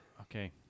okay